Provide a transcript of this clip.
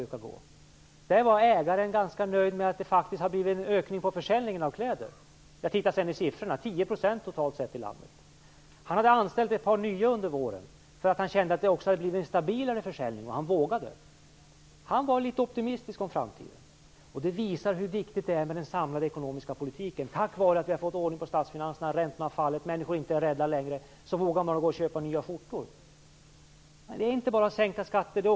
Ägaren var ganska nöjd med att det har blivit en ökning av försäljningen av kläder. Jag tittade sedan på siffrorna. Det är 10 % totalt i landet. Han hade anställt ett par nya under våren. Han kände att det hade blivit en stabilare försäljning, och därför vågade han anställa. Han var optimistisk om framtiden. Det visar hur viktigt det är med den samlade ekonomiska politiken. Tack vare att vi har fått ordning på statsfinanserna, räntorna har fallit, människorna är inte rädda längre, så vågar de köpa nya skjortor. Men det är inte bara att sänka skatterna.